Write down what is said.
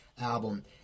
album